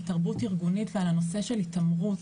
תרבות ארגונית ועל הנושא של התעמרות,